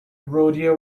rodeo